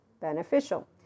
beneficial